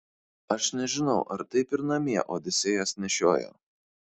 aš nežinau ar taip ir namie odisėjas nešiojo